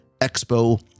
Expo